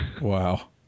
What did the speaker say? Wow